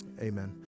Amen